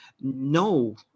No